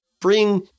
bring